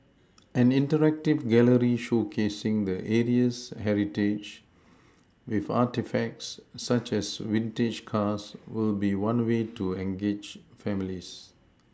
an interactive gallery showcasing the area's heritage with artefacts such as vintage cars will be one way to engage families